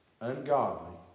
Ungodly